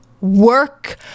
work